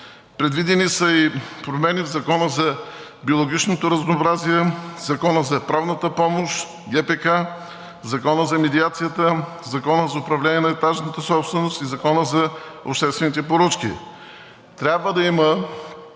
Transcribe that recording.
Предвидени са и промени в Закона за биологичното разнообразие, Закона за правната помощ, ГПК, Закона за медиацията, Закона за управление на етажната собственост и Закона за обществените поръчки. Трябва да има